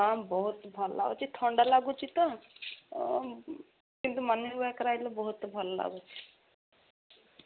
ହଁ ବହୁତ ଭଲ ଲାଗୁଛି ଥଣ୍ଡା ଲାଗୁଛି ତ କିନ୍ତୁ ମର୍ଣ୍ଣିଂ ୱାକ୍ରେ ଆସିଲେ ବହୁତ ଭଲ ଲାଗୁଛି